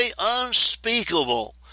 unspeakable